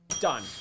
Done